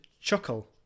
chuckle